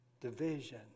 Division